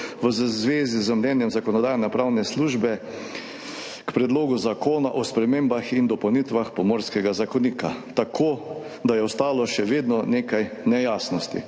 v zvezi z mnenjem Zakonodajno-pravne službe k Predlogu zakona o spremembah in dopolnitvah Pomorskega zakonika, tako da je še vedno ostalo nekaj nejasnosti.